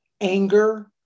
anger